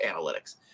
analytics